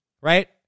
right